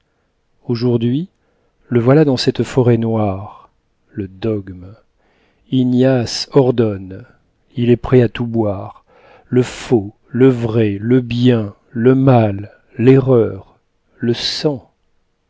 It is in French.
aujourd'hui le voilà dans cette forêt noire le dogme ignace ordonne il est prêt à tout boire le faux le vrai le bien le mal l'erreur le sang